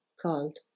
called